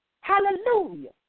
Hallelujah